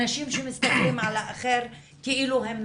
אנשים שמסתכלים על האחר כאילו הם נחותים.